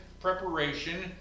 preparation